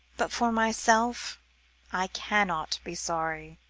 but for myself i cannot be sorry.